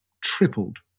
tripled